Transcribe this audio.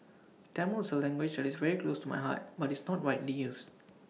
Tamil is A language that is very close to my heart but it's not widely used